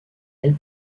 elle